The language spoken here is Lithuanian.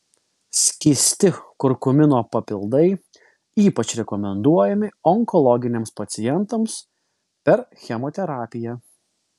skysti kurkumino papildai ypač rekomenduojami onkologiniams pacientams per chemoterapiją